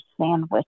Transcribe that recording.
sandwich